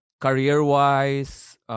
career-wise